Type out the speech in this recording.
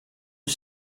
was